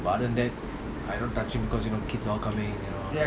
but other than that I don't touch him because you know kids are all coming you know